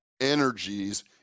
energies